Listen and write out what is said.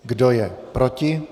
Kdo je proti?